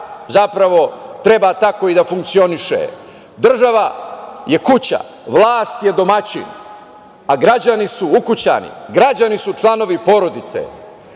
zapravo treba tako i da funkcioniše. Država je kuća, vlast je domaćin, a građani su ukućani, građani su članovi porodice.